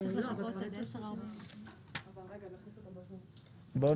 הישיבה ננעלה בשעה 10:37.